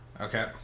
Okay